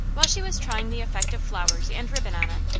while she was trying the effect of flowers and ribbon on it,